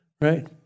right